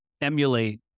emulate